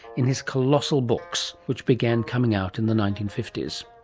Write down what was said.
in his colossal books, which began coming out in the nineteen fifty s.